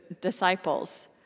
disciples